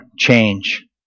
change